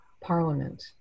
parliament